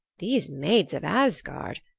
these maids of asgard,